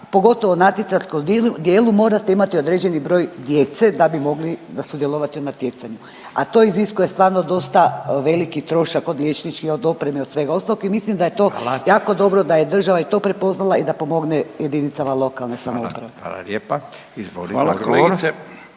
pogotovo natjecateljskom dijelu, morate imati određeni broj djece da bi mogli sudjelovati u natjecanju, a to iziskuje stvarno dosta veliki trošak, od liječničkih, od opreme i svega ostalog i mislim da je to .../Upadica: Hvala./...jako dobro da je država i to prepoznala i da da pomogne jedinicama lokalne samouprave. **Radin, Furio (Nezavisni)** Hvala.